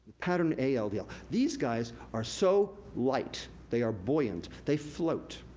pattern a ah ldl. these guys are so light, they are buoyant, they float.